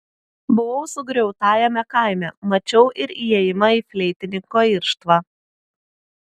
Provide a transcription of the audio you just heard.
buvau sugriautajame kaime mačiau ir įėjimą į fleitininko irštvą